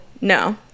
no